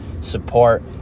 support